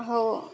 हो